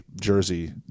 jersey